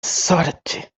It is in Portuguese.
sorte